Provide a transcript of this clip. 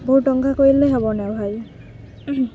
ବହୁତ ଟଙ୍କା କହିଲେ ହେବନି ଭାଇ